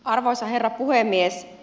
arvoisa herra puhemies